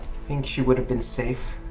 think she would have been safe?